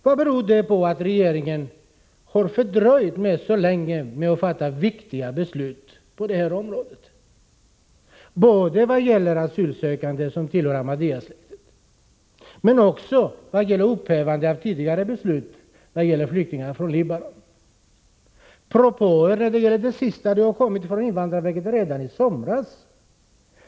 Vad är orsaken till att regeringen har dröjt så länge med att fatta viktiga beslut på detta område, både i vad gäller asylsökande som tillhör ahmadiasekten och i vad gäller upphävande av tidigare beslut om flyktingarna från Libanon? Propåer om Libanonflyktingarna kom från invandrarverket redan i somras.